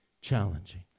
challenging